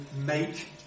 make